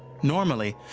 normally,